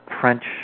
French